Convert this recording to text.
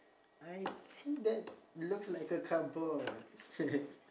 I think that looks like a cardboard